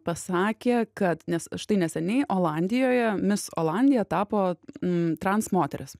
pasakė kad nes štai neseniai olandijoje mis olandija tapo trans moteris